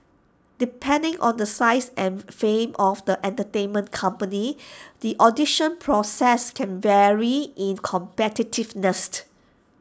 depending on the size and fame of the entertainment company the audition process can vary in competitiveness